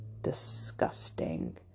disgusting